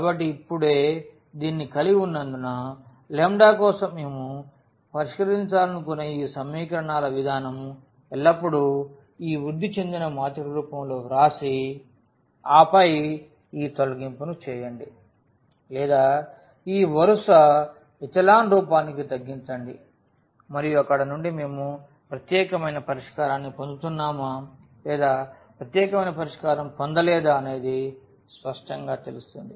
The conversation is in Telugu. కాబట్టి ఇప్పుడే దీనిని కలిగి ఉన్నందున లాంబ్డా కోసం మేము పరిష్కరించాలనుకునే ఈ సమీకరణాల విధానం ఎల్లప్పుడూ ఈ వృద్ధి చెందిన మాత్రిక రూపంలో వ్రాసి ఆపై ఈ తొలగింపును చేయండి లేదా ఈ వరుస ఎచెలాన్ రూపానికి తగ్గించండి మరియు అక్కడ నుండి మేము ప్రత్యేకమైన పరిష్కారాన్ని పొందుతున్నామా లేదా ప్రత్యేకమైన పరిష్కారం పొందలేదా అనేది స్పష్టంగా తెలుస్తుంది